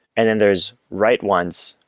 and then there's write once,